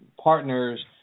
partners